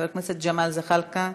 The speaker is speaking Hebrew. חבר הכנסת ג'מאל זחאלקה,